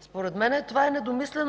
Според мен това